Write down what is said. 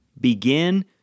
Begin